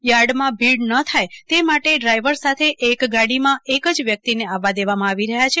યાર્ડમાં ભીડ ન થાય તે માટે ડ્રાયવર સાથે એક ગાડીમાં એક જ વ્યકિતને આવવા દેવામાં આવી રહ્યા છે